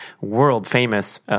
world-famous